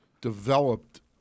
developed